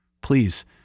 Please